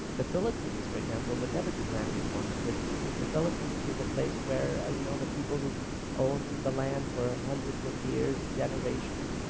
the phillipines for example would never do land reform because the phillipines is a place where ah you know the people who've owned the land for hundreds of years, generations,